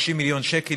30 מיליון שקל,